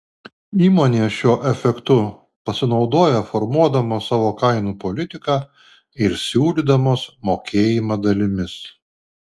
įmonės šiuo efektu pasinaudoja formuodamos savo kainų politiką ir siūlydamos mokėjimą dalimis